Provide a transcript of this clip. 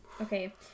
Okay